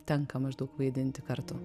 tenka maždaug vaidinti kartų